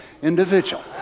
individual